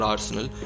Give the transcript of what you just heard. Arsenal